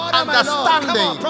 understanding